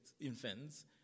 infants